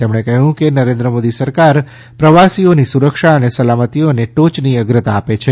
તેમણે કહ્યું કે નરેન્દ્ર મોદી સરકાર પ્રવાસીઓની સુરક્ષા અને સલામતિને ટોચની અગ્રતા આપે છે